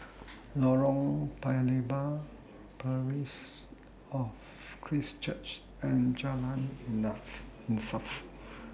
Lorong Paya Lebar Parish of Christ Church and Jalan enough Insaf